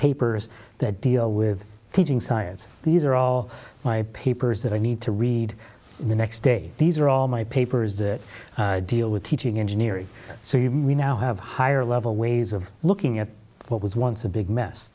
papers that deal with teaching science these are all my papers that i need to read the next day these are all my papers that deal with teaching engineering so you may now have higher level ways of looking at what was once a big mess